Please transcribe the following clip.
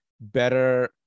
better